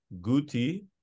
Guti